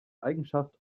eigenschaft